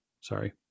Sorry